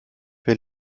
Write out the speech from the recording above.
wer